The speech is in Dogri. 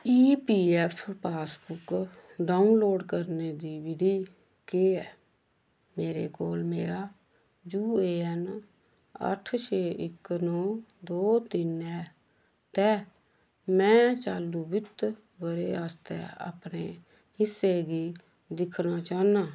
ई P F pass book download करने दी विधी केह् ऐ मेरे कोल मेरा यू ए एन अट्ठ छे इक नौ दो तिन्न ऐ ते में चालू वित्त ब'रे आस्तै अपने हिस्से गी दिक्खना चाह्न्नां